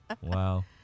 Wow